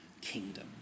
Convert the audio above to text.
kingdom